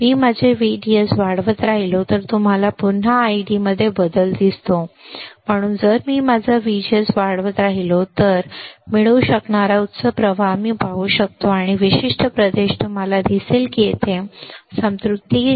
मी माझे VDS वाढवत राहिलो तुम्हाला पुन्हा माझ्या ID मध्ये बदल दिसतो म्हणून जर मी माझा व्हीजीएस वाढवत राहिलो तर मी मिळवू शकणारा उच्च प्रवाह मी पाहू शकतो आणि हा विशिष्ट प्रदेश तुम्हाला दिसेल की तेथे एक संतृप्ति किंवा चिमूटभर क्षेत्र आहे